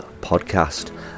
podcast